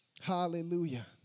Hallelujah